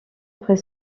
après